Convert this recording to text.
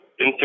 Instagram